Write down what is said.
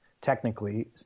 technically